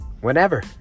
Whenever